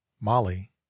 Molly